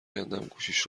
کندم، گوشیش